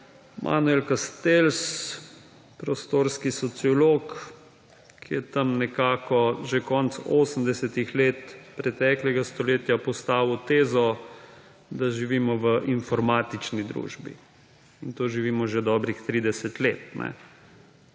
Manuel Castells, prostorski sociolog, ki je tam nekako že konec 80. let preteklega stoletja postavil tezo, da živimo v informatični družbi in to živimo že dobrih 30 let.